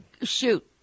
Shoot